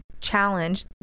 challenge